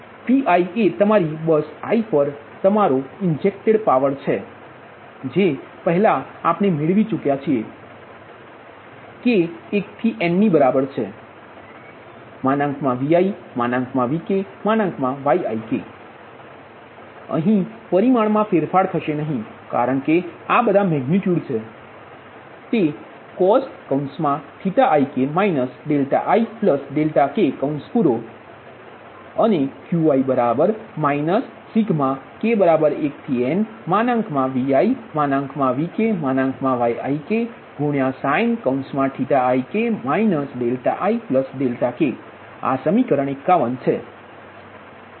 તેથી Pi એ તમારી બસ i પર તમારી ઇન્જેક્ટેડ શક્તિ જેટલી છે જે પહેલા પણ આપણે મેળવી છે k 1 થી n ની બરાબર છે ViVkYik તેથી અહી પરિમાણમાં ફેરફાર થશે નહીં કારણ કે આ બધા મેગનિટયુડ છે તે cos⁡ik ik અનેQi k1nViVkYiksinik ik આ સમીકરણ 51 છે